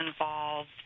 involved